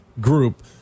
group